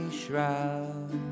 shroud